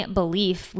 belief